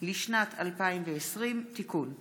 לשנת 2020) (תיקון);